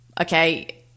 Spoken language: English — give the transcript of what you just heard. Okay